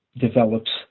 develops